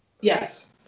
Yes